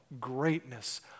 greatness